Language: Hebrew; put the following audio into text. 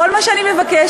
כל מה שאני מבקשת,